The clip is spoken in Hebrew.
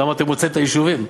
למה הוצאתם את היישובים?